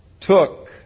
took